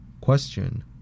Question